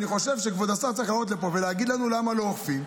אני חושב שכבוד השר צריך לעלות לפה ולהגיד לנו למה לא אוכפים,